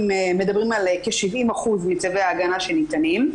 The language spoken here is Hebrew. מדברים על כ-70% מצווי ההגנה שניתנים.